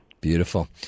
Beautiful